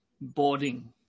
boarding